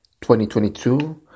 2022